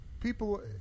People